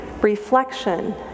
reflection